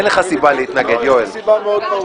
אני מתנגד להרכב הזה.